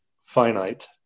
finite